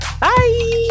bye